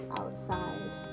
outside